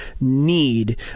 need